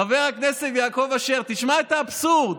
חבר הכנסת יעקב אשר, תשמע את האבסורד: